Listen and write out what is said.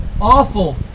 awful